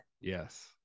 Yes